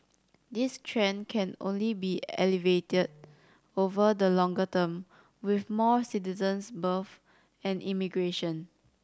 this trend can only be alleviated over the longer term with more citizens births and immigration